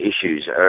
issues